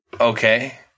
Okay